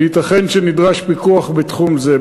וייתכן שנדרש פיקוח בתחום זה.